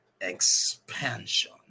Expansion